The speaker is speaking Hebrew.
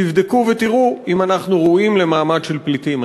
תבדקו ותראו אם אנחנו ראויים למעמד של פליטים.